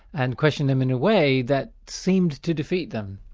and questioned them in a way that seems to defeat them.